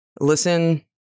listen